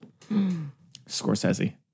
Scorsese